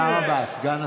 תודה רבה, סגן השר.